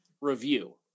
review